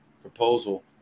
proposal